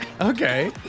Okay